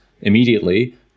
immediately